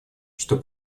что